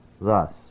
Thus